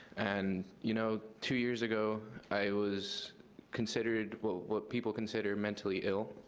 and you know, two years ago, i was considered what what people consider mentally ill,